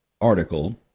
article